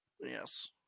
Yes